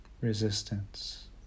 Resistance